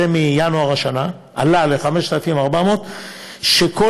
זה בינואר השנה עלה ל-5,400 ש"ח.